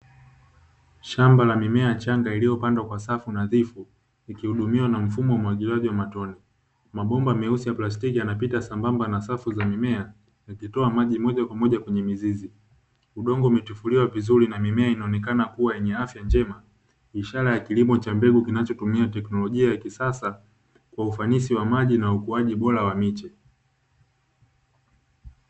Shamba la mimea michanga iliyopandwa kwa safu nadhifu, likihudumiwa na mfumo wa umwagiliaji wa matone. Mabomba meusi ya plastiki yanapita sambamba na safu za mimea, yakitoa maji moja kwa moja kwenye mizizi. Udongo umetifuliwa vizuri na mimea inaonekana kuwa yenye afya njema, ishara ya kilimo cha mbegu kinachotumia teknolojia ya kisasa kwa ufanisi wa maji na ukuaji bora wa miche.